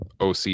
oc